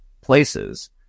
places